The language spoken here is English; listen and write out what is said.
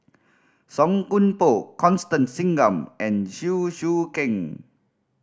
Song Koon Poh Constance Singam and Chew Choo Keng